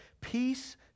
Peace